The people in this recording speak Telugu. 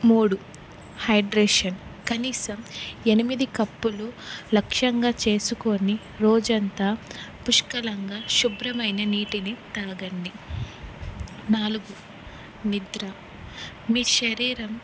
మూడు హైడ్రేషన్ కనీసం ఎనిమిది కప్పులు లక్ష్యంగా చేసుకొని రోజంతా పుష్కలంగా శుభ్రమైన నీటిని త్రాగండి నాలుగు నిద్ర మీ శరీరం